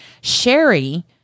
Sherry